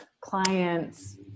clients